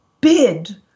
bid